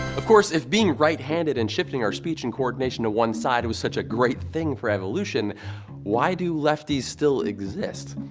of course, if being right-handed and shifting our speech and coordination to one side was such a great thing for evolution, then why do lefties still exist?